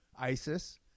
ISIS